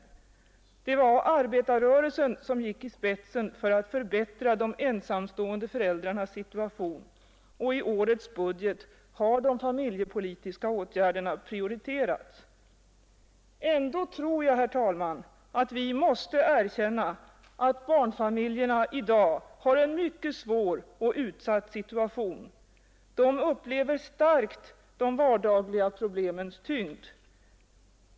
Det var arbetarrörelsen som gick i spetsen för att förbättra de ensamstående föräldrarnas situation. Och i årets budget har de familjepolitiska åtgärderna prioriterats. Ändå tror jag, herr talman, att vi måste erkänna att barnfamiljerna i dag har en mycket svår och utsatt situation. De upplever starkt de vardagliga problemens tyngd.